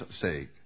sake